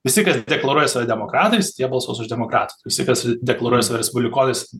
visi kas deklaruoja save demokratais tie balsuos už demokratus visi kas deklaruoja save respublikonais